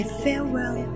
farewell